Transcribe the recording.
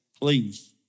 please